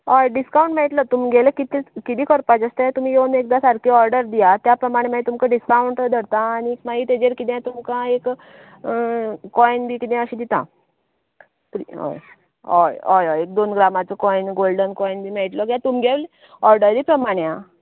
हय डिस्कावन्ट मेळटलो तुमगेलें कितें कितें करपाचें आसा तें तुमी येवन एकदां सारकी ऑर्डर दियात त्या प्रमाणें मागीर तुमकां डिस्कावन्ट धरता आनी मागीर तेचेर कितें तुमकां एक कोयन बी कितें अशें दितां हय हय हय एक दोन ग्रामाचो कोयन गोल्डन कोयन बी मेळटलो तें तुमगेल ऑर्डरी प्रमाणे आं